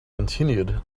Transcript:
continued